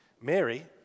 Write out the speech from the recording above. Mary